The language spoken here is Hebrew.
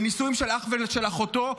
בנישואים של אח ושל אחותו,